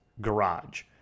garage